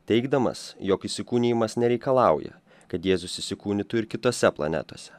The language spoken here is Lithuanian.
teigdamas jog įsikūnijimas nereikalauja kad jėzus įsikūnytų ir kitose planetose